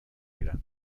میرم